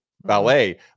ballet